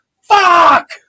fuck